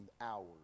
hours